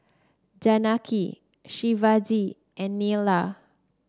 Janaki Shivaji and Neila